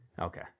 Okay